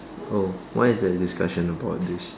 oh why is there a discussion about this